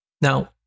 Now